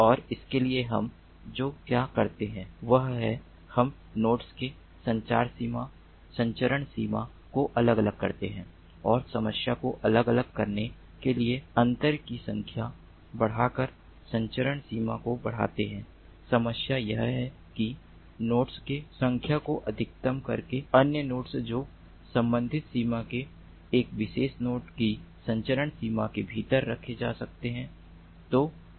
और इसके लिए हम जो क्या करते हैं वह है हम नोड के संचार सीमा संचरण सीमा को अलग अलग करते हैं और समस्या को अलग अलग करने के लिए अंतर की संख्या बढ़ाकर संचरण सीमा को बढ़ाते हैं समस्या यह है कि नोड्स के संख्या को अधिकतम करके अन्य नोड्स जो संबंधित सीमा के एक विशेष नोड की संचरण सीमा के भीतर रखे जा सकते हैं